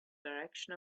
direction